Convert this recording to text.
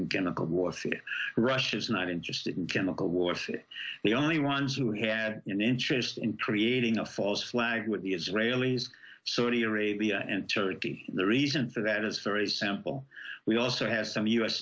it russia is not interested in chemical warfare the only ones who had an interest in creating a false flag with the israelis saudi arabia and turkey the reason for that is very simple we also have some u